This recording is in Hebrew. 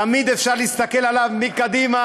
תמיד אפשר להסתכל על זה מקדימה,